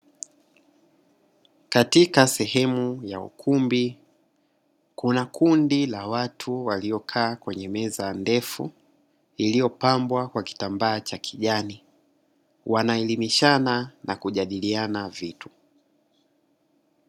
Katika sehemu ya ukumbi, kuna kundi la watu waliokaa kwenye meza ndefu iliyopambwa kwa kitambaa cha kijani wanaelimishana na kujadiliana kitu.